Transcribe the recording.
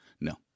No